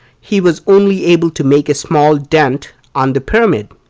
he was only able to make a small dent on the pyramid.